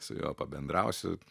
su juo pabendrausiu